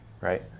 Right